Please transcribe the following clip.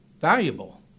valuable